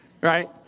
right